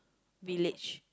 village